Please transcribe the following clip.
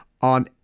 on